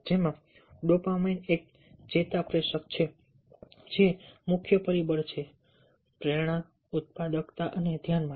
જેમાં ડોપામાઇન એક ચેતાપ્રેષક છે જે મુખ્ય પરિબળ છે પ્રેરણા ઉત્પાદકતા અને ધ્યાન માટે